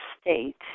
state